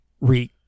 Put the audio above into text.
re